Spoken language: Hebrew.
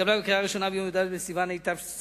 הצעת החוק התקבלה בקריאה ראשונה ביום י"ד בסיוון התשס"ח,